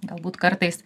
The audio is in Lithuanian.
galbūt kartais